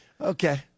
Okay